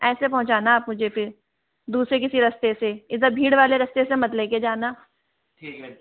ऐसे पहुँचाना आप मुझे फ़िर दूसरे किसी रास्ते से इधर भीड़ वाले रास्ते से मत लेकर जाना